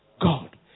God